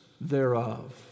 thereof